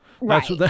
Right